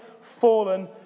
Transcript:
fallen